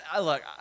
look